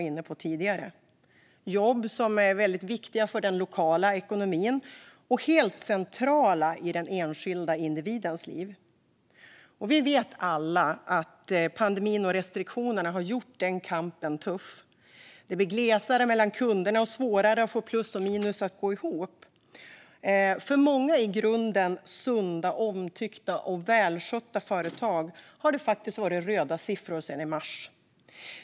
Det är jobb som är otroligt viktiga för den lokala ekonomin och helt centrala i de enskilda individernas liv. Vi vet alla att pandemin och restriktionerna gjort den kampen tuff. Det blir glesare mellan kunderna och svårare att få plus och minus att gå ihop. För många i grunden sunda, omtyckta och välskötta företag har det varit röda siffror sedan i mars.